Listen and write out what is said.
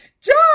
John